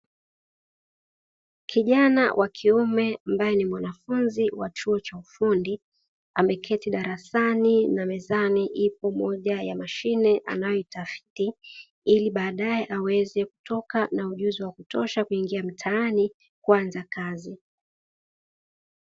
Kijana wa kiume ambaye ni mwanafunzi wa chuo cha ufundi, ameketi darasani na mezani ipo mashine moja anayoitafiti ili baadae aweze kutoka na ujuzi na kuingia mtaani kuanza kazi.